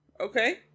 okay